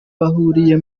bahuriye